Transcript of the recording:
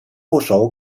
部首